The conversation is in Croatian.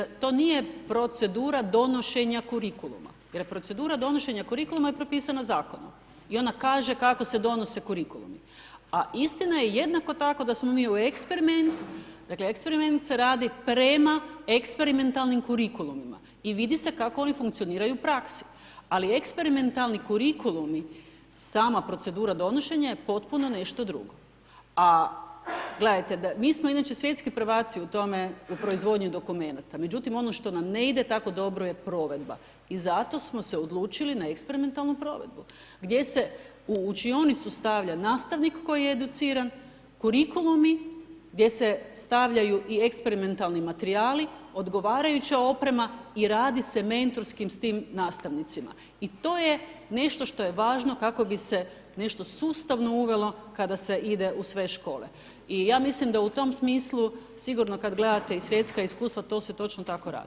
Prije svega, da to nije procedura donošenja kurikuluma, jer procedura donošenja kurikuluma je propisana zakonom i ona kaže kako se donose kurikulumi, a istina je jednako tako da smo mi u eksperiment, dakle eksperiment se radi prema eksperimentalnim kurikulumima, i vidi se kako oni funkcioniraju u praksi, ali eksperimentalni kurikulumi, sama procedura donošenja je potpuno nešto drugo, a gledajte, mi smo inače svjetski prvaci u tome, u proizvodnji dokumenata, međutim ono što nam ne ide tako dobro je provedba, i zato smo se odlučili na eksperimentalnu provedbu, gdje se u učionicu stavlja nastavnik koji je educiran, kurikulumi gdje se stavljaju i eksperimentalni materijali, odgovarajuća oprema i radi se mentorski s tim nastavnicima, i to je nešto što je važno kako bi se nešto sustavno uvelo kada se ide u sve škole, i ja mislim da u tom smislu, sigurno kad gledate i svjetska iskustva, to se točno tako radi.